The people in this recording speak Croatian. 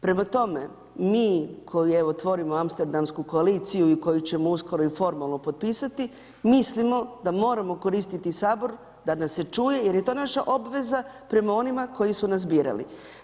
Prema tome, mi koji evo tvorimo amsterdamsku koaliciju i koju ćemo uskoro i formalno potpisati mislimo da moramo koristiti sabor da nas se čuje jer je to naša obveza prema onima koji su nas birali.